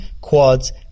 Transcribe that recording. quads